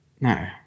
No